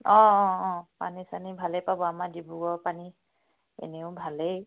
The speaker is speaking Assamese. অঁ অঁ অঁ পানী চানী ভালেই পাব আমাৰ ডিব্ৰুগড়ৰ পানী এনেও ভালেই